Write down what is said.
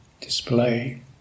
display